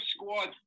squad